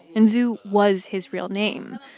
and zhu was his real name,